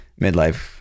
midlife